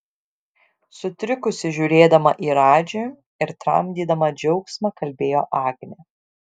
sutrikusi žiūrėdama į radži ir tramdydama džiaugsmą kalbėjo agnė